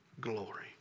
glory